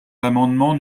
l’amendement